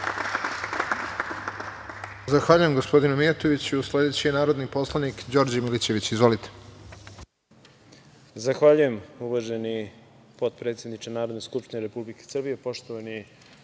Zahvaljujem, gospodine Mijatoviću. Sledeći je narodi poslanik Đorđe Milićević. Izvolite. **Đorđe Milićević** Zahvaljujem, uvaženi potpredsedniče Narodne skupštine Republike Srbije. Poštovani